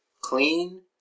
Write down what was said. Clean